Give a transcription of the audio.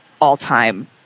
all-time